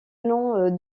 nom